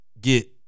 get